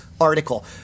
article